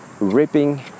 ripping